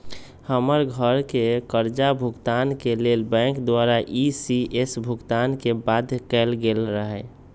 हमर घरके करजा भूगतान के लेल बैंक द्वारा इ.सी.एस भुगतान के बाध्य कएल गेल रहै